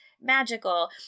magical